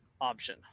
Option